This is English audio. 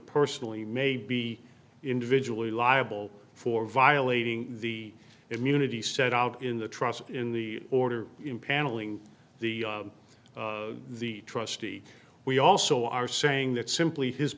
personally may be individually liable for violating the immunity set out in the trust in the order impaneling the the trustee we also are saying that simply his